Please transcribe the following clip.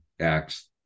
acts